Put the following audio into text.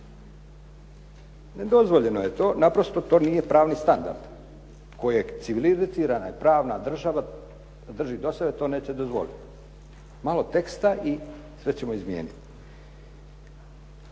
Nedozvoljeno je, naprosto to nije pravni standard kojeg civilizirana i pravna država drži do sebe to neće dozvoliti. Malo teksta i sve ćemo izmijeniti.